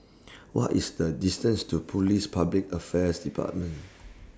What IS The distance to Police Public Affairs department